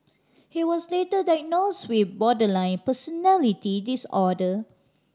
he was later diagnosed with borderline personality disorder